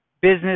business